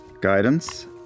Guidance